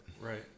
Right